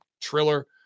Triller